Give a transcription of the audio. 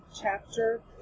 chapter